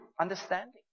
understanding